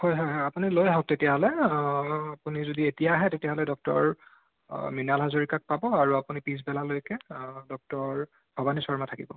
হয় হয় হয় আপুনি লৈ আহক তেতিয়াহ'লে আপুনি যদি এতিয়া আহে তেতিয়াহ'লে ডক্টৰ মৃণাল হাজৰিকাক পাব আৰু আপুনি পিছবেলালৈকে ডক্টৰ ভৱানী শৰ্মা থাকিব